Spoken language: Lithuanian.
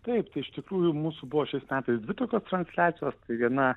taip iš tikrųjų mūsų buvo šiais metais dvi tokios transliacijos viena